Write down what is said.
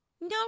no